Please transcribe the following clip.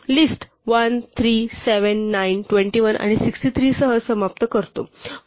list 1 3 7 9 21 आणि 63 सह समाप्त करतो